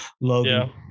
Logan